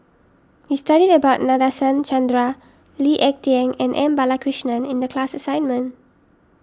we studied about Nadasen Chandra Lee Ek Tieng and M Balakrishnan in the class assignment